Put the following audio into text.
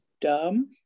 dumb